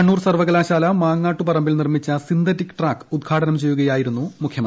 കണ്ണൂർ സർവകലാശാല മാങ്ങാട്ടു പറമ്പിൽ നീർമ്മിച്ച സിന്തറ്റിക് ട്രാക്ക് ഉദ്ഘാടനം ചെയ്യുകയായിരുന്നു മുഖ്യമത്തി